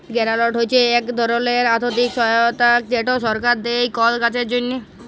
গেরালট হছে ইক ধরলের আথ্থিক সহায়তা যেট সরকার দেই কল কাজের জ্যনহে